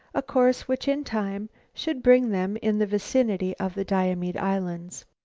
a course which in time should bring them in the vicinity of the diomede islands.